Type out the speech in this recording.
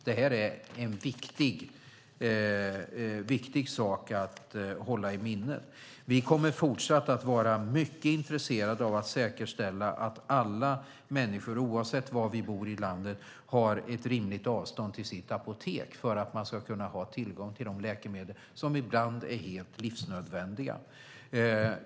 Det är viktigt att hålla i minnet. Vi kommer fortsatt att vara mycket intresserade av att alla, oavsett var i landet man bor, har ett rimligt avstånd till sitt apotek för att kunna ha tillgång till de läkemedel som ibland är helt livsnödvändiga.